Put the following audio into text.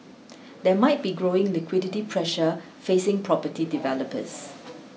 there might be growing liquidity pressure facing property developers